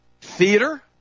theater